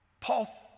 Paul